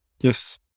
Yes